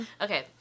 Okay